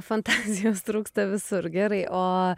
fantazijos trūksta visur gerai o